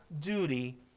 duty